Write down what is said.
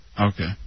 Okay